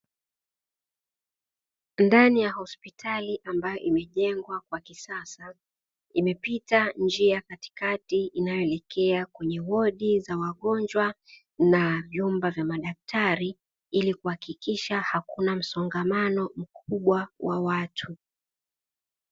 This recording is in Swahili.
Ndani ya hospitali ambayo imejengwa kwa kisasa, imepita njia katikati inayoelekea kwenye wodi za wagonjwa na vyumba vya madaktari ili kuhakikisha hakuna msongamano mkubwa wa watu.